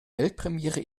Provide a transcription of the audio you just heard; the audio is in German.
weltpremiere